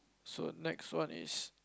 so next one is